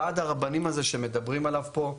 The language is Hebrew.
ועד הרבנים הזה שמדברים עליו פה,